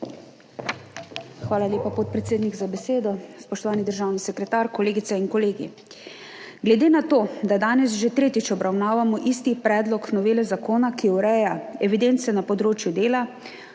Hvala lepa, podpredsednik, za besedo. Spoštovani državni sekretar, kolegice in kolegi! Glede na to, da danes že tretjič obravnavamo isti predlog novele zakona, ki ureja evidence na področju dela,